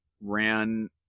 ran